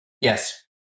Yes